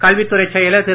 கல்வித் துறைச் செயலர் திரு